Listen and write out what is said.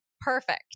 Perfect